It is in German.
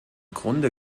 grunde